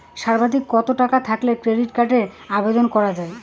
সর্বাধিক কত টাকা থাকলে ক্রেডিট কার্ডের আবেদন করা য়ায়?